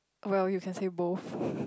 well you can say both